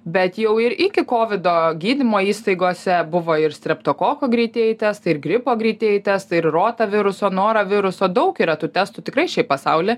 bet jau ir iki kovido gydymo įstaigose buvo ir streptokoko greitieji testai ir gripo greitieji testai ir rotaviruso nora viruso daug yra tų testų tikrai šiaip pasauly